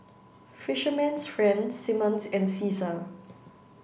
fisherman's friend Simmons and Cesar